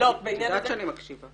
--- את יודעת שאני מקשיבה.